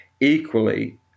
Equally